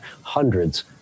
hundreds